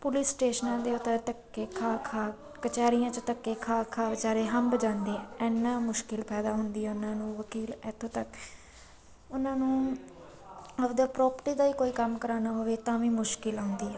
police ਸਟੇਸ਼ਨਾਂ ਦੇ ਉੱਤੇ ਧੱਕੇ ਖਾ ਖਾ ਕਚਹਿਰੀਆਂ 'ਚ ਧੱਕੇ ਖਾ ਖਾ ਵਿਚਾਰੇ ਹੰਬ ਜਾਂਦੇ ਹੈ ਇੰਨੀ ਮੁਸ਼ਕਿਲ ਪੈਦਾ ਹੁੰਦੀ ਹੈ ਉਹਨਾਂ ਨੂੰ ਵਕੀਲ ਇੱਥੋਂ ਤੱਕ ਉਹਨਾਂ ਨੂੰ ਆਪਦੀ ਪ੍ਰੋਪਰਟੀ ਦਾ ਕੋਈ ਕੰਮ ਕਰਾਉਣਾ ਹੋਵੇ ਤਾਂ ਵੀ ਮੁਸ਼ਕਿਲ ਆਉਂਦੀ ਹੈ